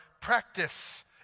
practice